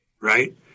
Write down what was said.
right